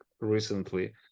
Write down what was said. recently